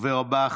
הדובר הבא,